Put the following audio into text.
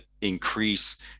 increase